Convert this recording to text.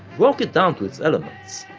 broke it down to its elements,